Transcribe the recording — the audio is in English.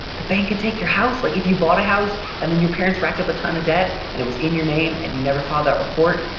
the bank could take your house, like if you bought a house and then your parents racked up a ton of debt and it was in your name and you never father. report.